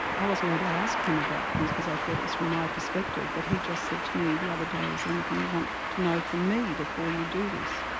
i wasn't going to ask him about this because i feel it was from my perspective, but he just said to me the other day is there anything you want to know from me before you do this.